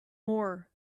more